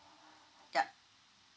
yup